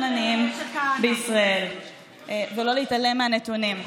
עניים בישראל ולא להתעלם מהנתונים.